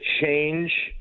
change